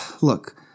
look